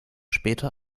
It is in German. später